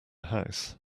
house